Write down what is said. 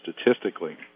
statistically